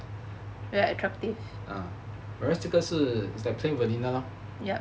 whereas 这个是 like plain vanilla lor